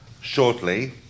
shortly